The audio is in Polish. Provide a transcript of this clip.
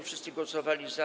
Wszyscy głosowali za.